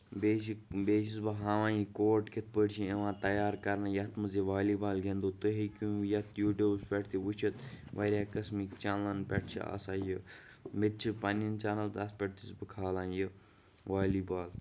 بیٚیہِ چھِ بیٚیہِ چھُس بہٕ ہاوان یہِ کوٹ کِتھ پٲٹھۍ چھُ یِوان تَیار کرنہٕ یَتھ منٛز یہِ والی بال گِندو تُہۍ ہیٚکو یَتھ یوٗٹوٗبس پٮ۪ٹھ تہِ وُچھِتھ واریاہ قسمٕکۍ چینلن پٮ۪ٹھ چھِ آسان یہِ مےٚ تہِ چھِ پَنٕںۍ چینل تَتھ پٮ۪ٹھ تہِ چھُس بہٕ کھالان یہِ والی بال